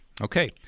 Okay